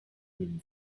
moon